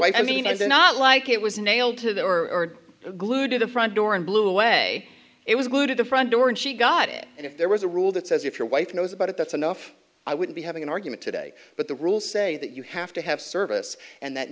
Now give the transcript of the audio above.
right no i mean i do not like it was nailed to the or glued to the front door and blew away it was glued at the front door and she got it and if there was a rule that says if your wife knows about it that's enough i wouldn't be having an argument today but the rules say that you have to have service and that